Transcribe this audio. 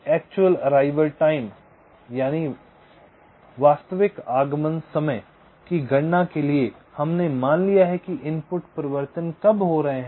AAT वास्तविक आगमन समय की गणना के लिए हमने मान लिया कि इनपुट परिवर्तन कब हो रहे हैं